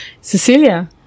Cecilia